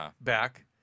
back